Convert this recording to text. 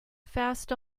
fast